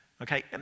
Okay